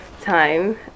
time